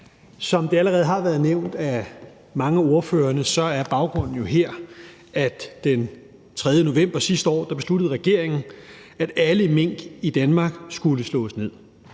Som det allerede har været nævnt af mange af ordførerne, er baggrunden jo her, at regeringen den 3. november sidste år besluttede, at alle mink i Danmark skulle slås ned.